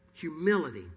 Humility